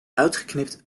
uitgeknipt